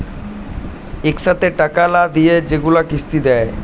ইকসাথে টাকা লা দিঁয়ে যেগুলা কিস্তি দেয়